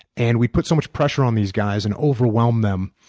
and we put so much pressure on these guys and overwhelmed them.